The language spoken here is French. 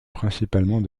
principalement